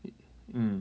i~ mm